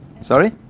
Sorry